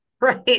right